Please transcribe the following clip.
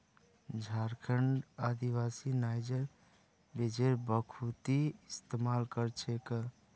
झारखंडेर आदिवासी नाइजर बीजेर बखूबी इस्तमाल कर छेक